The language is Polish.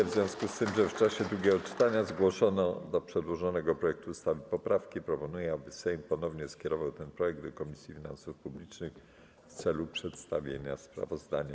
W związku z tym, że w czasie drugiego czytania zgłoszono do przedłożonego projektu ustawy poprawki, proponuję, aby Sejm ponownie skierował ten projekt do Komisji Finansów Publicznych w celu przedstawienia sprawozdania.